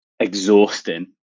Exhausting